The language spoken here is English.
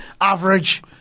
Average